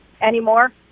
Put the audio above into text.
anymore